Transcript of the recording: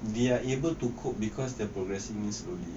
they are able to cope because their progressing slowly